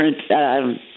different